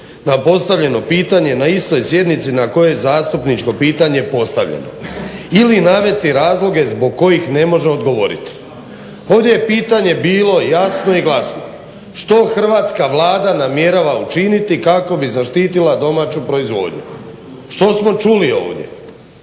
na postavljeno pitanje na istoj sjednici na kojoj je zastupničko pitanje postavljeno. Ili navesti razloge zbog kojih ne može odgovoriti. Ovdje je pitanje bilo jasno i glasno, što hrvatska Vlada namjerava učiniti kako bi zaštitila domaću proizvodnju? Što smo čuli ovdje?